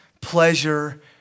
pleasure